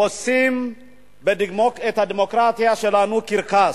עושים את הדמוקרטיה שלנו קרקס.